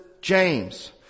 James